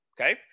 okay